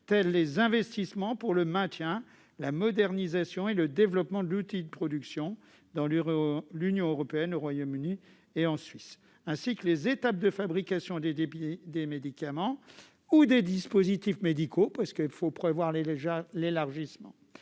que les investissements pour le maintien, la modernisation et le développement de l'outil de production, dans l'Union européenne, le Royaume-Uni et en Suisse, ainsi que les étapes de fabrication des médicaments ou des dispositifs médicaux- il nous faut prévoir dès maintenant